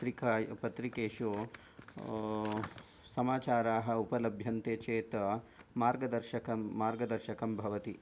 पत्रिका पत्रिकेषु समाचाराः उपलभ्यन्ते चेत् मार्गदर्शकं मार्गदर्शकं भवति